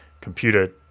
computer